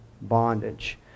bondage